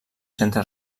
centre